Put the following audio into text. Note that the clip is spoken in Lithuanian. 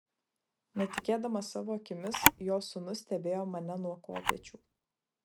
netikėdamas savo akimis jo sūnus stebėjo mane nuo kopėčių